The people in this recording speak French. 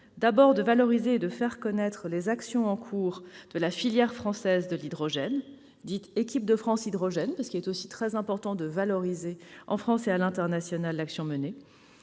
d'abord, de valoriser et de faire connaître les actions en cours de la filière française de l'hydrogène, dite « Équipe de France Hydrogène », car il est très important de valoriser l'action menée en France et à l'international, ensuite,